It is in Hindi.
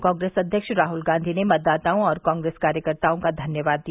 कांग्रेस अव्यक्त राहल गांधी ने मतदाताओं और कांग्रेस कार्यकर्ताओं का धन्यवाद किया